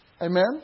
Amen